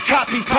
Copy